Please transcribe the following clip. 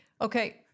Okay